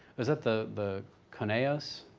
was that the the conejos?